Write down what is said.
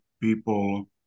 people